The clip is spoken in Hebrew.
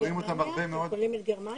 אתם כוללים את גרמניה?